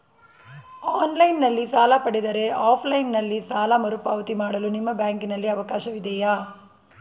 Online ನಲ್ಲಿ ಸಾಲ ಪಡೆದರೆ ಆಫ್ಲೈನ್ ನಲ್ಲಿ ಸಾಲ ಮರುಪಾವತಿ ಮಾಡಲು ನಿಮ್ಮ ಬ್ಯಾಂಕಿನಲ್ಲಿ ಅವಕಾಶವಿದೆಯಾ?